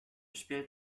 spielt